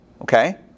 okay